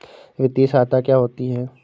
वित्तीय सहायता क्या होती है?